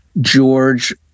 George